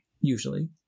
Usually